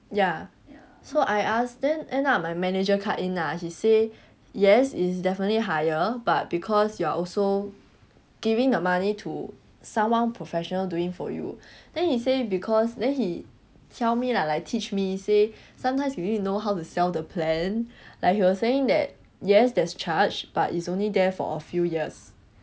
ya so I ask then end up my manager cut in lah he say yes is definitely higher but because you are also giving the money to someone professional doing for you then he say because then he tell me lah like teach me say sometimes you need to know how to sell the plan like he was saying that yes there is charge but is only there for a few years